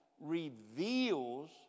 reveals